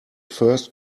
first